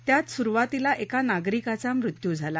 त्यात सुरुवातीला एका नागरिकाचा मृत्यू झाला